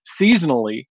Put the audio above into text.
seasonally